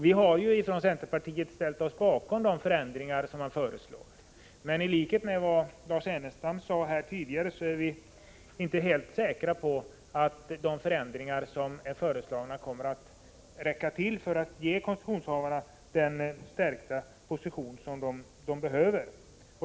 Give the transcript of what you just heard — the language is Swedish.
Vi har från centerpartiet ställt oss bakom de förändringar som föreslås, men i likhet med vad Lars Ernestam tidigare sade är vi inte helt säkra på att de förändringar som är föreslagna kommer att räcka till för att ge koncessionshavarna den stärkta position som de behöver.